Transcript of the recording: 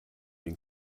dem